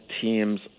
teams